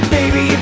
Baby